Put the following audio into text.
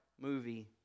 movie